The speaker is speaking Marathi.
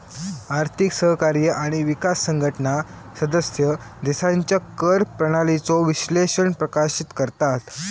आर्थिक सहकार्य आणि विकास संघटना सदस्य देशांच्या कर प्रणालीचो विश्लेषण प्रकाशित करतत